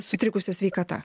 sutrikusi sveikata